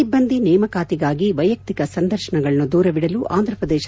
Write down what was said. ಸಿಬ್ಬಂದಿ ನೇಮಕಾತಿಗಾಗಿ ವೈಯಕ್ತಿಕ ಸಂದರ್ಶನಗಳನ್ನು ದೂರವಿಡಲು ಆಂಧ್ರಪ್ರದೇಶ